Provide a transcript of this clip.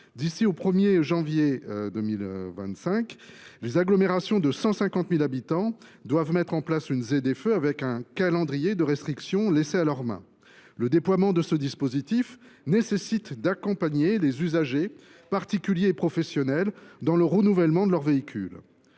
d’ici au 1 janvier 2025, les agglomérations de 150 000 habitants doivent mettre en place une ZFE m, avec un calendrier de restrictions laissé à leur main. Le déploiement de ce dispositif nécessite d’accompagner les usagers, particuliers et professionnels, dans le renouvellement de leurs véhicules.